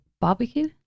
barbecue